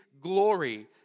glory